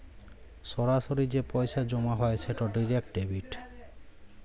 সরাসরি যে পইসা জমা হ্যয় সেট ডিরেক্ট ডেবিট